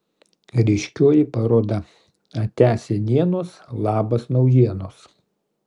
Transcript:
ryškioji paroda atia senienos labas naujienos